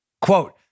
Quote